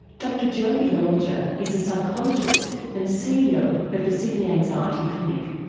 dr jodie lowinger is a psychologist and ceo of the sydney anxiety clinic.